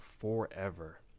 forever